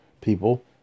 people